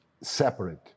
separate